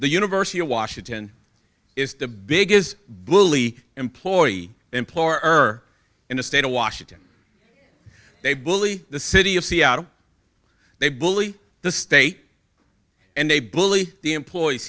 the university of washington is the big is bully employee employer in the state of washington they bully the city of seattle they bully the state and they bully the employees